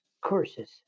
courses